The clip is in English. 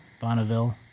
Bonneville